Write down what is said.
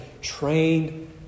trained